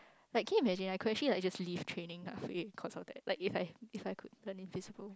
like can you imagine I could actually like just leave training half way cause of that like if I if I could run invisible